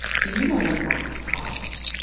do you know what a box costs?